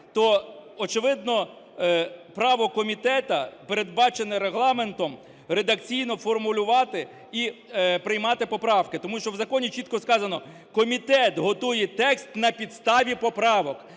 то, очевидно, право комітету, передбачене Регламентом, редакційно формулювати і приймати поправки. Тому що в законі чітко сказано – комітет готує текст на підставі поправок.